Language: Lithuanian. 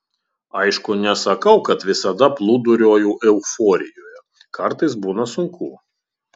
aišku nesakau kad visada plūduriuoju euforijoje kartais būna sunku